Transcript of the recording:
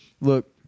look